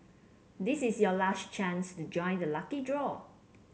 this is your last chance to join the lucky draw